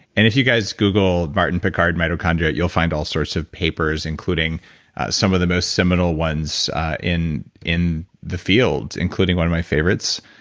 and if you guys google martin picard mitochondria, you'll find all sorts of papers, including some of the most seminal ones in in the field, including one of my favorites,